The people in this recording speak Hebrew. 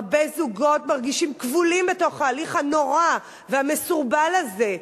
הרבה זוגות מרגישים כבולים בתוך ההליך הנורא והמסורבל הזה,